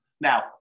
Now